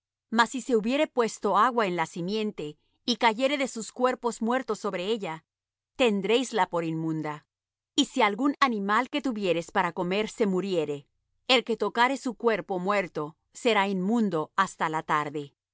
mas si se hubiere puesto agua en la simiente y cayere de sus cuerpos muertos sobre ella tendréisla por inmunda y si algún animal que tuviereis para comer se muriere el que tocare su cuerpo muerto será inmundo hasta la tarde